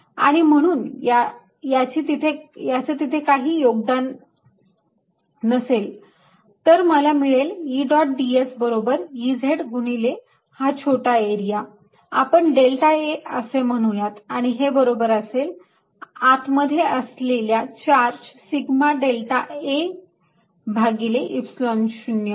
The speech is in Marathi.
आणि म्हणून याची तिथे काही योगदान नसेल तर मला मिळेल E डॉट ds बरोबर Ez गुणिले हा छोटा एरिया आपण डेल्टा a असे म्हणूयात आणि हे बरोबर असेल आत मध्ये असलेल्या चार्ज सिग्मा डेल्टा a भागिले Epsilon 0